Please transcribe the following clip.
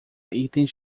itens